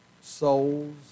souls